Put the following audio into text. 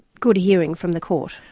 good hearing from the court.